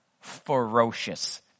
ferocious